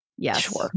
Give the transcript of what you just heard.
Yes